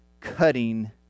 cutting